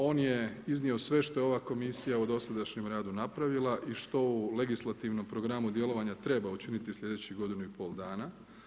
On je iznio sve što je ova komisija u dosadašnjem radu napravila i što u legislativnom programu djelovanja treba učiniti sljedećih godinu i pol dana.